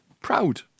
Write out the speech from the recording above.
Proud